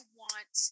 want